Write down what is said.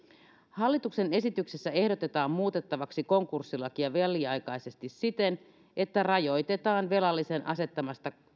hallituksen esityksessä ehdotetaan muutettavaksi konkurssilakia väliaikaisesti siten että rajoitetaan velallisen asettamista